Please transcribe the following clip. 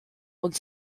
und